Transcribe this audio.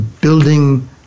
building